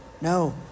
no